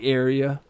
area